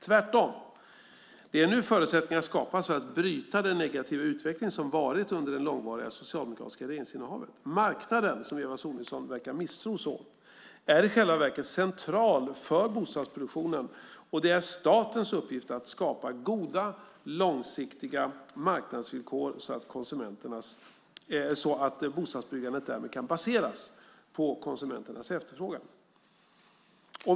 Tvärtom är det nu som förutsättningar skapas för att bryta den negativa utveckling som varit under det långvariga socialdemokratiska regeringsinnehavet. Marknaden, som Eva Sonidsson verkar misstro så, är i själva verket central för bostadsproduktionen, och det är statens uppgift att skapa goda långsiktiga marknadsvillkor så att bostadsbyggandet därmed kan baseras på konsumenternas efterfrågan.